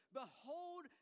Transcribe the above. behold